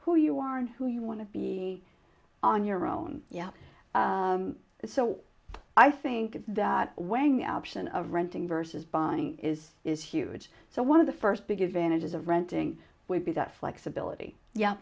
who you are and who you want to be on your own yeah so i think that weighing the option of renting versus buying is is huge so one of the first big advantages of renting would be that flexibility yeah